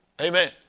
Amen